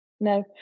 No